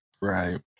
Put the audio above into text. Right